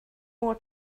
more